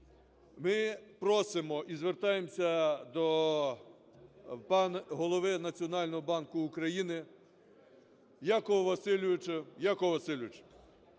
ми просимо і звертаємося до Голови Національного банку України Якова Васильовича.